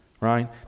Right